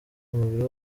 umubiri